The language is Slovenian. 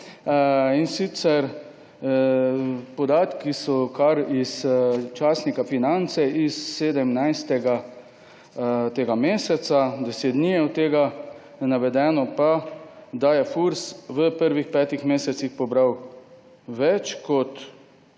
vladi. Podatki so kar iz časnika Finance s 17. tega meseca, 10 dni je od tega. Navedeno je, da je Furs v prvih petih mesecih pobral več kot